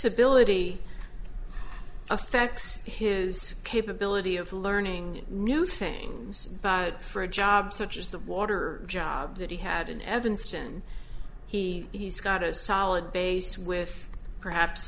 disability affects his capability of learning new things but for a job such as the water job that he had in evanston he he's got a solid base with perhaps